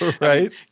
right